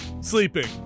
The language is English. sleeping